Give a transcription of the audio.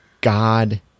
God